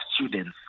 students